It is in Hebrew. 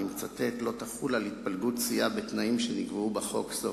"לא תחול על התפלגות סיעה בתנאים שנקבעו בחוק".